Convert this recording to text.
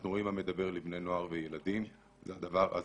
אנחנו רואים מה מדבר לבני נוער וילדים וזה הדבר הזה.